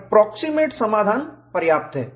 approximate समाधान पर्याप्त है